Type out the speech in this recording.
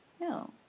No